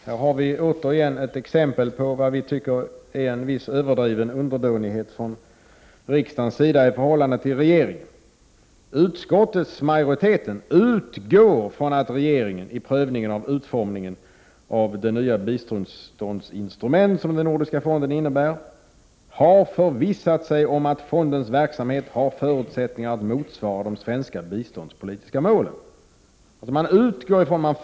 Här har vi återigen ett exempel på, som vi tycker, en viss överdriven underdånighet från riksdagens sida i förhållande till regeringen. Utskottsmajoriteten utgår från att regeringen vid prövningen av frågan om utformningen av det nya biståndsinstrument som den nordiska 53 Prot. 1988/89:35 = fonden utgör har förvissat sig om att fondens verksamhet har förutsättningar 30 november 1988 att motsvara de svenska biståndspolitiska målen.